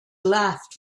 laughed